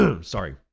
Sorry